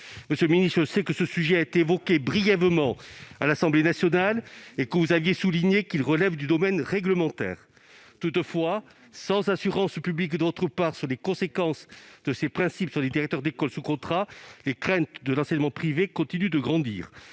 Monsieur le ministre, je sais que ce sujet a été évoqué brièvement à l'Assemblée nationale et que vous aviez souligné qu'il relève du domaine réglementaire. Toutefois, sans assurance publique de votre part sur les conséquences de ces principes sur les directeurs d'école sous contrat, les craintes de l'enseignement privé continuent de grandir.